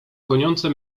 goniące